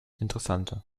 interessante